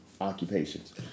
occupations